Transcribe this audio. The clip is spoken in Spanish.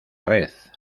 red